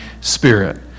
Spirit